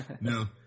no